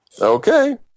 okay